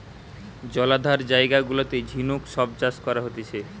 জলাধার জায়গা গুলাতে ঝিনুক সব চাষ করা হতিছে